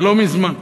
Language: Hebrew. לא מזמן,